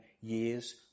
years